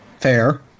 fair